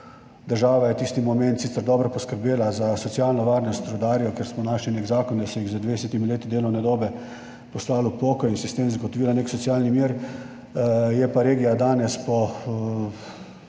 Država je tisti moment sicer dobro poskrbela za socialno varnost rudarjev, ker smo našli nek zakon, da so jih z 20 leti delovne dobe poslali v pokoj in si s tem zagotovili nek socialni mir, je pa regija danes,